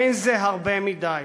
אין זה הרבה מדי".